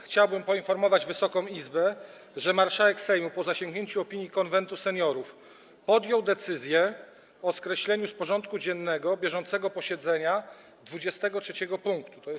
Chciałbym poinformować Wysoką Izbę, że marszałek Sejmu, po zasięgnięciu opinii Konwentu Seniorów, podjął decyzję o skreśleniu z porządku dziennego bieżącego posiedzenia punktu 23: